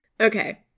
Okay